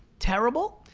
terrible?